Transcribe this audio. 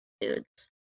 dudes